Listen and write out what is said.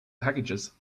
packages